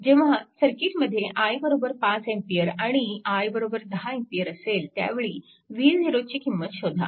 जेव्हा सर्किटमध्ये i 5 A आणि i 10A असेल त्यावेळी v0 ची किंमत शोधा